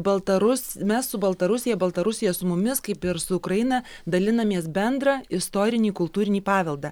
baltarus mes su baltarusija baltarusija su mumis kaip ir su ukraina dalinamės bendrą istorinį kultūrinį paveldą